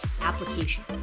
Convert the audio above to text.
application